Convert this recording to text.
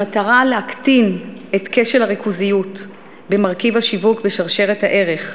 במטרה להקטין את כשל הריכוזיות במרכיב השיווק בשרשרת הערך,